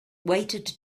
weighted